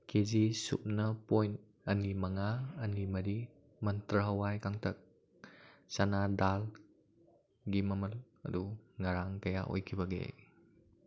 ꯀꯦ G ꯁꯨꯞꯅ point ꯑꯅꯤ ꯃꯉꯥ ꯑꯅꯤ ꯃꯔꯤ ꯃꯟꯇ꯭ꯔ ꯍꯋꯥꯏ ꯀꯪꯇꯛ ꯆꯅꯥ ꯗꯥꯜꯒꯤ ꯃꯃꯜ ꯑꯗꯨ ꯉꯔꯥꯡ ꯀꯌꯥ ꯑꯣꯏꯈꯤꯕꯒꯦ